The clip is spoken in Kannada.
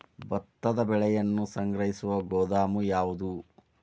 ಭತ್ತದ ಬೆಳೆಯನ್ನು ಸಂಗ್ರಹಿಸುವ ಗೋದಾಮು ಯಾವದು?